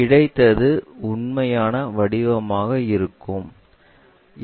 கிடைத்தது உண்மையான வடிவமாக இருக்கும்